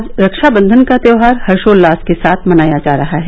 आज रक्षावंधन का त्योहर हर्षोल्लास के साथ मनाया जा रहा है